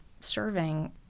serving